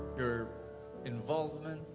your involvement.